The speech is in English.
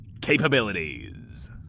capabilities